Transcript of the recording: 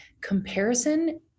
comparison